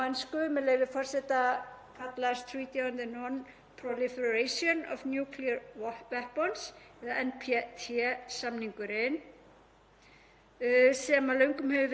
sem löngum hefur verið talinn einhver mikilvægasti afvopnunarsamningur sem gerður hefur verið á sviði kjarnorkuvígbúnaðar.